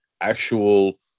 actual